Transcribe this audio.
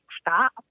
stop